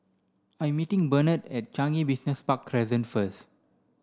I'm meeting Bernard at Changi Business Park Crescent first